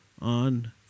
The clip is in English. on